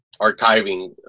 archiving